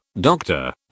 Doctor